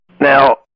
Now